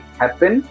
happen